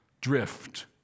drift